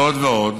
זאת ועוד,